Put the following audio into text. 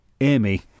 Amy